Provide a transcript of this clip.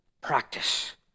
practice